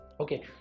Okay